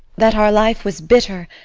that our life was bitter,